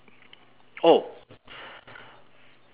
oh